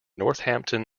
northampton